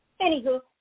Anywho